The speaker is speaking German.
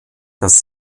dass